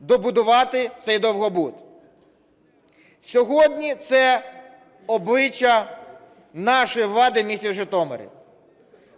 добудувати цей довгобуд. Сьогодні це обличчя нашої влади у місті Житомирі.